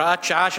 הוראת שעה),